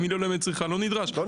אם היא לא לצריכה, לא נדרש התקן.